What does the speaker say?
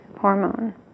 hormone